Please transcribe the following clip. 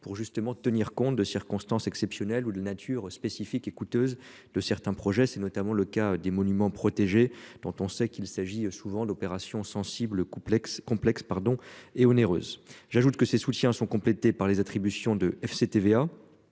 pour justement de tenir compte de circonstances exceptionnelles, ou de nature spécifique et coûteuse de certains projets. C'est notamment le cas des monuments protégés dont on sait qu'il s'agit souvent l'opération sensible complexe complexe pardon et onéreuse. J'ajoute que ses soutiens sont complétées par les attributions de FCTVA.